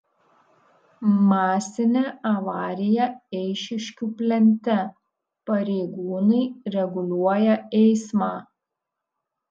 masinė avarija eišiškių plente pareigūnai reguliuoja eismą